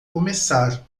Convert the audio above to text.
começar